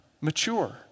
mature